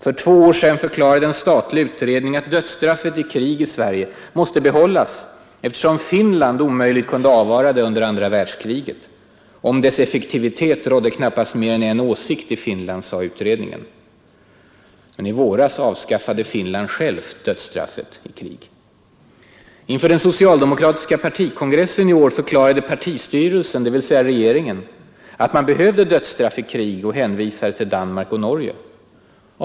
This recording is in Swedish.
För två år sedan förklarade en statlig utredning att dödsstraffet i krig i Sverige måste behållas, eftersom Finland omöjligt kunde avvara det under andra världskriget. ”Om dess effektivitet rådde knappast mer än en åsikt” i Finland, sade utredningen. Men i våras avskaffade Finland självt dödsstraffet i krig! Inför den socialdemokratiska partikongressen i år förklarade partistyrelsen, dvs. regeringen, att man behövde dödsstraff i krig och hänvisade till Danmark och Norge.